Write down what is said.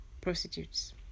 prostitutes